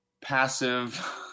passive